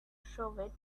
showed